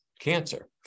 cancer